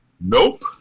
Nope